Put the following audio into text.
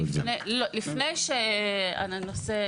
לפני שהנושא